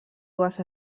dues